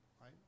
right